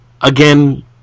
again